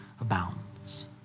abounds